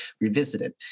revisited